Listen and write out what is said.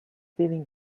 feeling